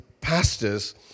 pastors